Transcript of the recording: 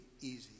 easy